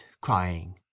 crying